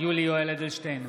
יולי יואל אדלשטיין,